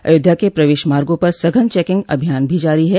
अयोध्या के प्रवेश मार्गो पर सघन चेकिंग अभियान भी जारी है